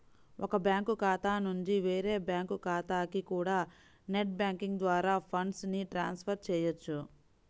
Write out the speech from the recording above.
ఒక బ్యాంకు ఖాతా నుంచి వేరే బ్యాంకు ఖాతాకి కూడా నెట్ బ్యాంకింగ్ ద్వారా ఫండ్స్ ని ట్రాన్స్ ఫర్ చెయ్యొచ్చు